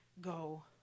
go